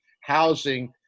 housing